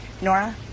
Nora